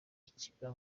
ikibura